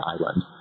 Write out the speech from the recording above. island